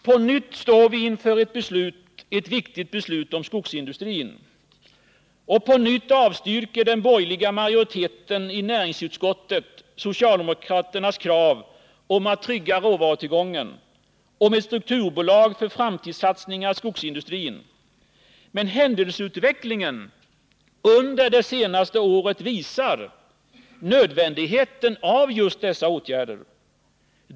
På nytt står vi inför ett viktigt beslut om skogsindustrin. Och på nytt avstyrker den borgerliga majoriteten i näringsutskottet socialdemokraternas krav på att trygga råvarutillgången och på ett strukturbolag för framtidssatsningar i skogsindustrin. Men händelseutvecklingen under det senaste året visar på nödvändigheten av just dessa åtgärder.